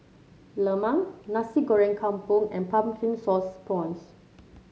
lemang Nasi Goreng Kampung and Pumpkin Sauce Prawns